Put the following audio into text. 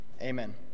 amen